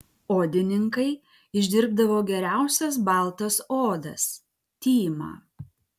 odininkai išdirbdavo geriausias baltas odas tymą